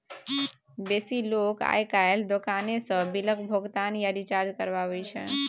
बेसी लोक आइ काल्हि दोकाने सँ बिलक भोगतान या रिचार्ज करबाबै छै